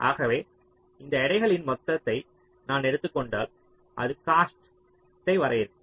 ஆகவே இந்த எடைகளின் மொத்ததை நான் எடுத்துக் கொண்டால் அது காஸ்ட்டை வரையறுக்கும்